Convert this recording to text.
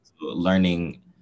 Learning